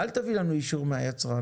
אל תביא לנו אישור מהיצרן,